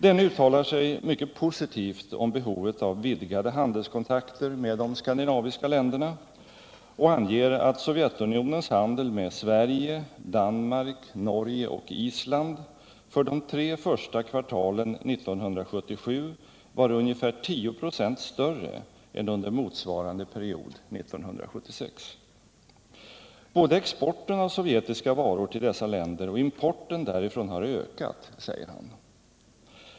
Denne uttalar sig mycket positivt om behovet av vidgade handelskontakter med de skandinaviska länderna och anger att Sovjetunionens handel med Sverige, Danmark, Norge och Island för de tre första kvartalen 1977 var ungefär 10 23 större än under motsvarande period 1976. Både exporten av sovjetiska varor till dessa länder och importen därifrån har ökat, säger han.